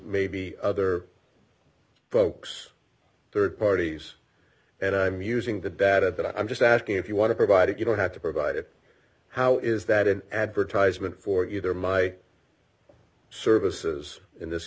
maybe other folks third parties and i'm using the data that i'm just asking if you want to provide it you don't have to provide it how is that an advertisement for either my services in this